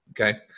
Okay